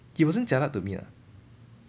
he wasn't jialat to me ah